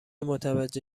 متوجه